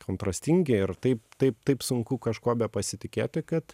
kontrastingi ir taip taip taip sunku kažkuo pasitikėti kad